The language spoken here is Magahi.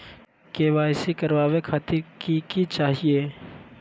के.वाई.सी करवावे खातीर कि कि चाहियो?